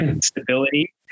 stability